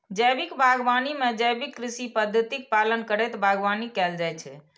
जैविक बागवानी मे जैविक कृषि पद्धतिक पालन करैत बागवानी कैल जाइ छै